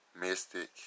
mystic